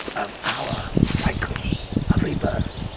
of our cycle of rebirth